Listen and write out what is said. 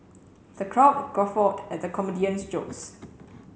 the crowd guffawed at the comedian's jokes